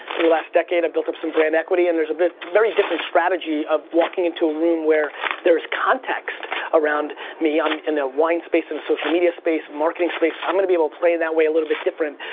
through last decade i've built up some brand equity and there's a very different strategy of walking into a room where there's context around me, i'm in a wine space, and social media space, marketing space, i'm gonna be able to play that way a little bit different.